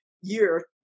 year